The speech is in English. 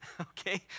okay